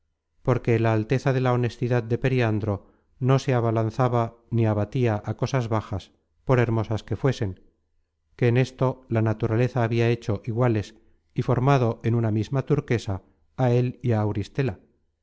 porque la alteza de la honestidad de periandro no se abalanzaba ni abatia á cosas bajas por hermosas que fuesen que en esto content from google book search generated at la naturaleza habia hecho iguales y formado en una misma turquesa á él y á auristela